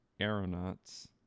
Aeronauts